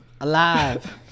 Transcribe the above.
alive